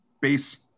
base